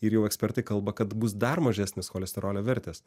ir jau ekspertai kalba kad bus dar mažesnis cholesterolio vertės